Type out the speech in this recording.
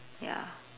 ya